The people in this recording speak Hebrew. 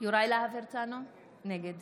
יוראי להב הרצנו, נגד